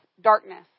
darkness